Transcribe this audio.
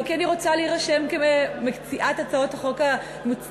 לא כי אני רוצה להירשם כמציעת הצעות החוק המצטיינת.